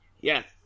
yes